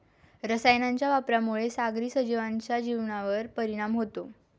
रसायनांच्या वापरामुळे सागरी सजीवांच्या जीवनावर परिणाम होतो